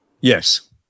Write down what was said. Yes